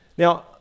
Now